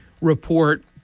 report